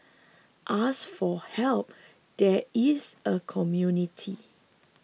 ask for help there is a community